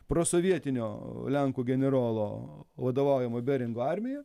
prosovietinio lenkų generolo vadovaujamą beringo armiją